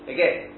Again